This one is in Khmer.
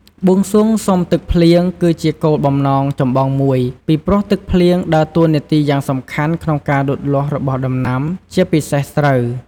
បួងសួងសុំទឹកភ្លៀង គឺជាគោលបំណងចម្បងមួយ ពីព្រោះទឹកភ្លៀងដើរតួនាទីយ៉ាងសំខាន់ក្នុងការលូតលាស់របស់ដំណាំ ជាពិសេសស្រូវ។